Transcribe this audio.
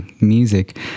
music